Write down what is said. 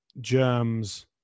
germs